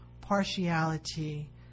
partiality